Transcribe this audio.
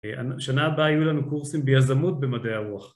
שנה הבאה יהיו לנו קורסים ביזמות במדעי הרוח.